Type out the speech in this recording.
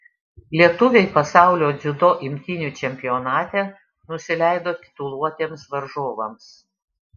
lietuviai pasaulio dziudo imtynių čempionate nusileido tituluotiems varžovams